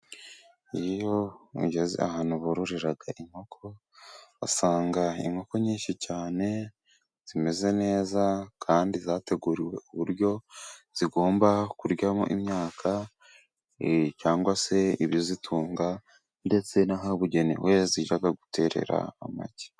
Iyo ugeze ahantu bororera inkoko, usanga inkoko nyinshi cyane zimeze neza, kandi zateguriwe uburyo zigomba kuryamo imyaka cyangwa se ibizitunga, ndetse n'ahabugenewe zijya guterera amagi.